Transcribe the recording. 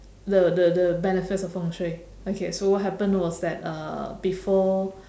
the the the benefits of 风水 okay so what happened was that uh before